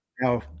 now